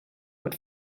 but